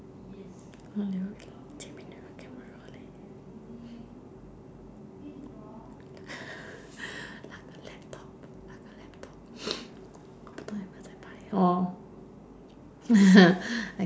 前面的人 camera leh 那个 laptop 那个我不懂有没有在拍 orh